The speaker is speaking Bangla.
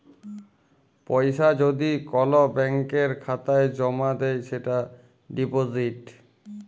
পয়সা যদি কল ব্যাংকের খাতায় জ্যমা দেয় সেটা ডিপজিট